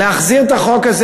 להחזיר את החוק הזה,